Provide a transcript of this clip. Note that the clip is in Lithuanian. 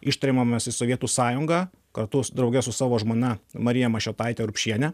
ištremiamas į sovietų sąjungą kartu drauge su savo žmona marija mašiotaite urbšiene